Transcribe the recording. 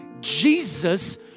Jesus